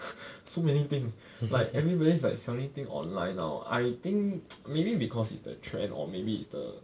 so many thing like everybody's like selling thing online now I think maybe because it's the trend or maybe it's the